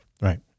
right